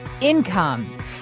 income